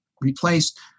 replaced